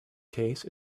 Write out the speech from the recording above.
case